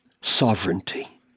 sovereignty